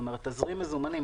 כלומר תזרים מזומנים,